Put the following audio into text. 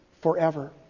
forever